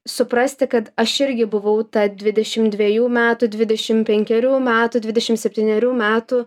suprasti kad aš irgi buvau ta dvidešimt dvejų metų dvidešimt penkerių metų dvidešimt septynerių metų